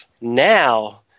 Now